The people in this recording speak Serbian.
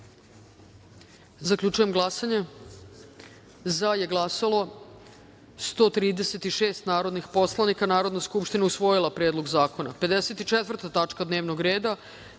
celini. Zaključujem glasanje: za - 136 narodnih poslanika. Narodna skupština je usvojila Predlog zakona.54. tačka dnevnog reda